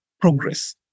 progress